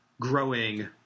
growing